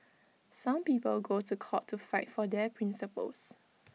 some people go to court to fight for their principles